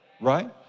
right